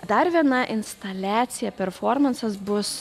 dar viena instaliacija performansas bus